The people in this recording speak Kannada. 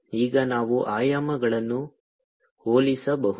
ಈಗ ನಾವು ಆಯಾಮಗಳನ್ನು ಹೋಲಿಸಬಹುದು